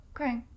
Okay